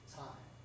time